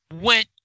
went